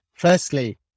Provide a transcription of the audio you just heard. Firstly